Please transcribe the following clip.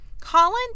Colin